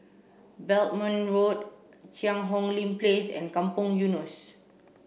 Belmont Road Cheang Hong Lim Place and Kampong Eunos